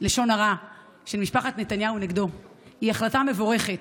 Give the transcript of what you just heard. לשון הרע של משפחת נתניהו נגדו היא החלטה מבורכת.